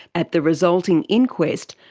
at the resulting inquest,